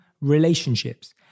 Relationships